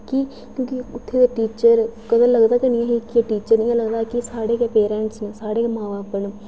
कि क्योंकि उत्थै दे टीचर कदें लगदा गै नेईं हा कि टीचर न इयां लगदा हा कि साढ़े गै पेरैंट्स न साढ़े गै मां बब्ब न